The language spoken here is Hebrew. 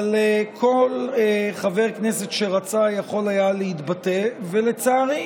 אבל כל חבר כנסת שרצה יכול היה להתבטא, ולצערי